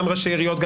גם ראשי עיריות,